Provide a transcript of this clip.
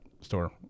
store